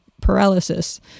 paralysis